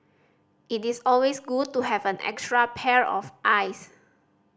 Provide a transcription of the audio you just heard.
it is always good to have an extra pair of eyes